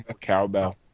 cowbell